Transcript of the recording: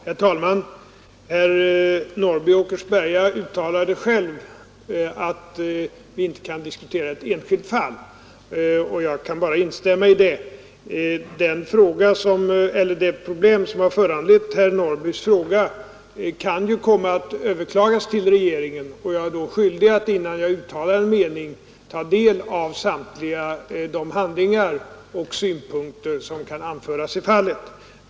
Herr talman! Herr Norrby i Åkersberga uttalade själv att vi inte kan diskutera ett enskilt fall, och jag kan bara instämma i det. Det problem som har föranlett herr Norrbys fråga kan ju komma att överklagas till regeringen, och jag är då skyldig att innan jag uttalar en mening ta del av samtliga de handlingar och synpunkter som kan anföras i fallet.